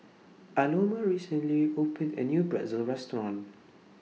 Aloma recently opened A New Pretzel Restaurant